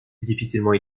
difficilement